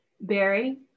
Barry